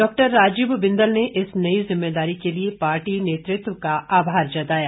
doctor Rajeev Bindal ने इस नई जिम्मेदारी के लिए पार्टी नेतृत्व का आभार जताया